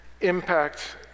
impact